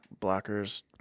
blockers